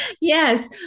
Yes